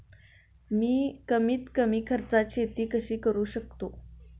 मी कमीत कमी खर्चात शेती कशी करू शकतो?